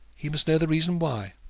he must know the reason why.